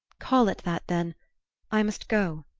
call it that, then i must go,